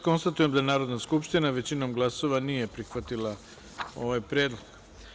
Konstatujem da Narodna skupština većinom glasova nije prihvatila ovaj predlog.